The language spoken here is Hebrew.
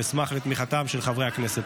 ואשמח לתמיכתם של חברי הכנסת.